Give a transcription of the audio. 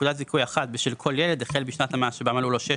נקודת זיכוי אחת בשל כל ילד החל בשנת המס שבה מלאו לו שש